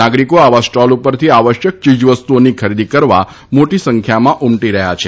નાગરિકો આવા સ્ટોલ ઉપર આવશ્યક ચીજવસ્તુઓની ખરીદી કરવા મોટી સંખ્યામાં ઉમટી રહ્યા છે